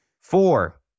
Four